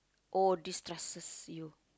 or destresses you